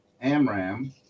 Amram